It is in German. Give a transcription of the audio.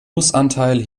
nussanteil